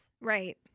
right